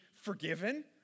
forgiven